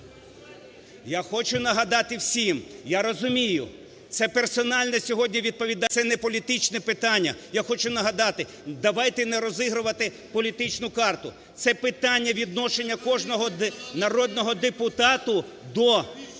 я хочу нагадати всім, я розумію, це персональна сьогодні відповідальність, це не політичне питання. Я хочу нагадати, давайте не розігрувати політичну карту, це питання відношення кожного народного депутата до…